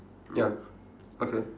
ya okay